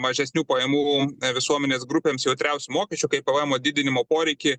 mažesnių pajamų visuomenės grupėms jautriausių mokesčių kaip pvemo didinimo poreikį